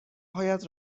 هایت